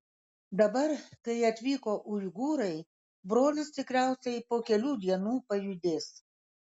dabar kai atvyko uigūrai brolis tikriausiai po kelių dienų pajudės